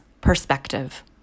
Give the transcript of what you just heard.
perspective